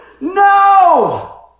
no